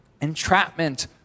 Entrapment